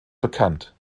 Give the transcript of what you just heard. bekannt